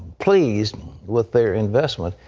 pleased with their investment.